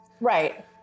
right